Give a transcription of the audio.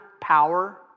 power